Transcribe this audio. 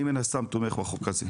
אני, מן הסתם, תומך בחוק הזה.